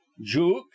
juke